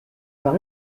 par